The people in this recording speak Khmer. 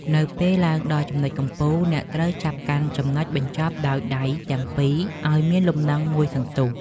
នៅពេលឡើងដល់ចំណុចកំពូល អ្នកត្រូវចាប់កាន់ចំណុចបញ្ចប់ដោយដៃទាំងពីរឱ្យមានលំនឹងមួយសន្ទុះ។